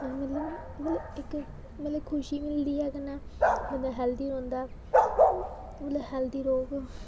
मतलब मतलब इक मतलब खुशी मिलदी ऐ कन्नै मतलब हेल्थी रौह्ंदा मतलब हेल्थी रौह्ग